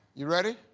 you ready?